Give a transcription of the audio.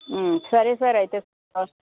సరే సార్ అయితే